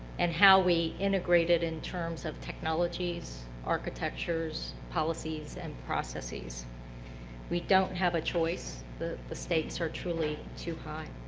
and how we integrate it in terms of technologies, architectures, policies and processes we don't have a choice. the the stakes are truly too high.